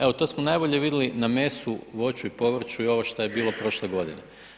Evo to smo najbolje vidjeli na mesu, voću i povrću i ovo što je bilo prošle godine.